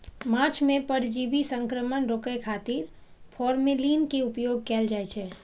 माछ मे परजीवी संक्रमण रोकै खातिर फॉर्मेलिन के उपयोग कैल जाइ छै